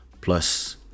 plus